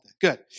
Good